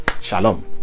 Shalom